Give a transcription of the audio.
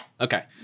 Okay